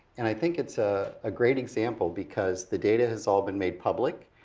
and i think it's a ah great example, because the data has all been made public.